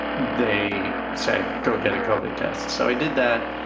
they said, go get a coded test. so i did that.